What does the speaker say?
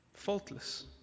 Faultless